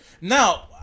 Now